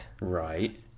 right